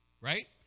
right